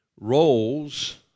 roles